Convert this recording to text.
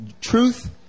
truth